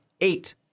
eight